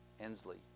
Ensley